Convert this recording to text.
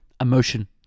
emotion